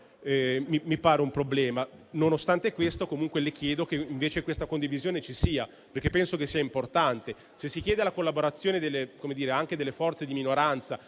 mi pare un problema. Nonostante questo, comunque, le chiedo che invece questa condivisione ci sia, perché penso che sia importante: se si chiede la collaborazione anche delle forze di minoranza